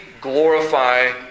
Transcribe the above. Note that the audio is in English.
glorify